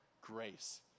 grace